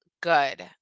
good